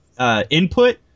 Input